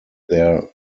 their